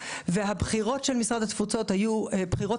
הבחירות של משרד התפוצות היו בחירות